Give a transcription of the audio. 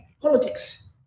politics